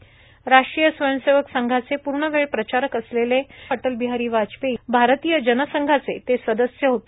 राष्ट्रीय स्वयंसेवक संघाचे पूर्णवेळ प्रचारक असलेले अटलबिहारी वाजपेयी भारतीय जनसंघाचे संस्थापक सदस्य होते